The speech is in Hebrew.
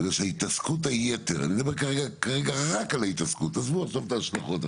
התעסקות היתר, ואני מדבר כרגע רק על התעסקות היתר,